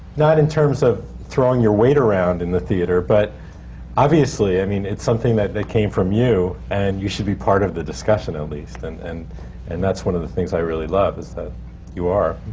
not in terms of throwing your weight around in the theatre, but obviously, i mean, it's something that that came from you, and you should be part of the discussion, at least. and and and that's one of the things i really love, is that you are.